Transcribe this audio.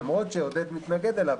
למרות שעודד מתנגד אליו,